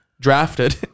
drafted